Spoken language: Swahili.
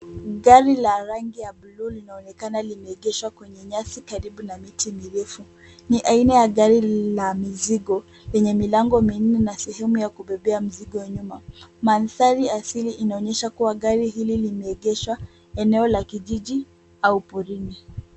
Gari la rangi ya buluu linaonekana limeegeshwa kwenye nyasi Karibu na miti mirefu. Ni aina ya gari la mizigo yenye milango minne na sehemu ya kubebea mizigo nyuma. Mandhari asili inaonyesha gari hili limeegeshwa eneo la kijiji au porini.